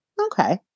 okay